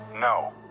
No